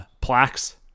plaques